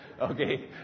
Okay